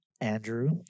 Andrew